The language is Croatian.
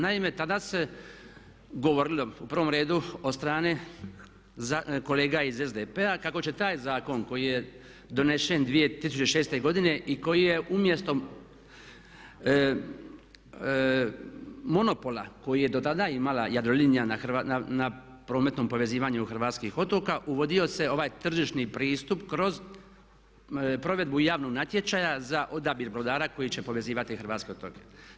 Naime, tada se govorilo u prvom redu od strane kolega iz SDP-a kako će taj zakon koji je donesen 2006. godine i koji je umjesto monopola koji je dotada imala Jadrolinija na prometnom povezivanju hrvatskih otoka uvodio se ovaj tržišni pristup kroz provedbu javnog natječaja za odabir brodara koji će povezivati hrvatske otoke.